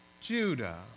Judah